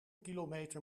kilometer